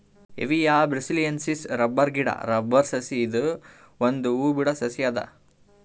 Hevea brasiliensis rubber ಗಿಡಾ rubber ಸಸಿ ಇದು ಒಂದ್ ಹೂ ಬಿಡೋ ಸಸಿ ಅದ